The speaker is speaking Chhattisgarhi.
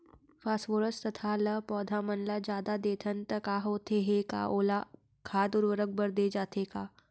फास्फोरस तथा ल पौधा मन ल जादा देथन त का होथे हे, का ओला खाद उर्वरक बर दे जाथे का?